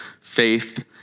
faith